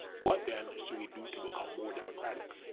what then should we do to become more democratic?